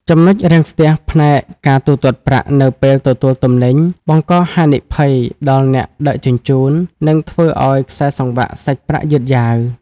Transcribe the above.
ចំណុចរាំងស្ទះផ្នែក "ការទូទាត់ប្រាក់នៅពេលទទួលទំនិញ"បង្កហានិភ័យដល់អ្នកដឹកជញ្ជូន និងធ្វើឱ្យខ្សែសង្វាក់សាច់ប្រាក់យឺតយ៉ាវ។